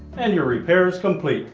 and your repair is complete.